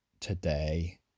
today